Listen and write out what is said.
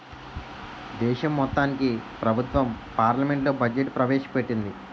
దేశం మొత్తానికి ప్రభుత్వం పార్లమెంట్లో బడ్జెట్ ప్రవేశ పెట్టింది